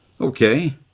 Okay